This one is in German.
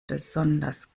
besonders